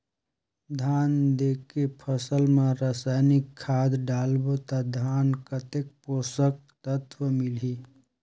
धान देंके फसल मा रसायनिक खाद डालबो ता धान कतेक पोषक तत्व मिलही?